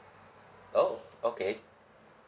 oh okay